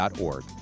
org